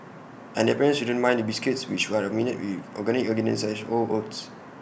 and their parents shouldn't mind the biscuits which are made with organic ingredients such as whole oats